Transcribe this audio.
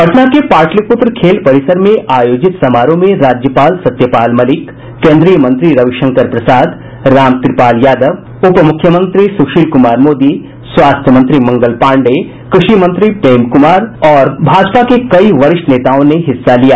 पटना के पाटलिपुत्र खेल परिसर में आयोजित समारोह में राज्यपाल सत्यपाल मलिक केंद्रीय मंत्री रविशंकर प्रसाद रामकृपाल यादव उप मुख्यमंत्री सुशील कुमार मोदी स्वास्थ्य मंत्री मंगल पाण्डेय कृषि मंत्री प्रेम कुमार समेत भाजपा के कई वरिष्ठ नेताओं ने हिस्सा लिया